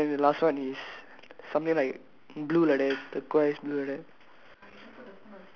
grey blue red okay then the last one is something like blue like that turquoise blue like that